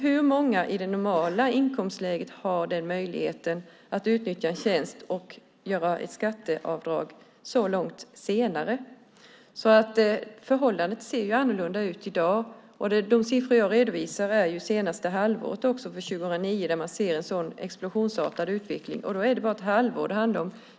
Hur många i det normala inkomstläget hade möjlighet att utnyttja en tjänst och göra ett skatteavdrag långt senare? Förhållandet ser annorlunda ut i dag. De siffror jag redovisade var för sista halvåret 2009. Där ser man en explosionsartad utveckling, och det är ändå bara ett halvår.